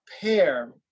pair